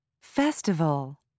Festival